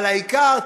אבל העיקר,